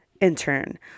intern